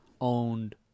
owned